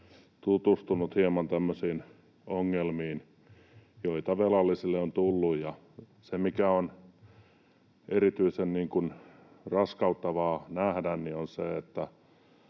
tutustunut hieman tämmöisiin ongelmiin, joita velallisille on tullut. Se, mikä on erityisen raskauttavaa nähdä, on se,